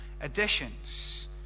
additions